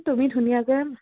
তুমি ধুনীয়াকৈ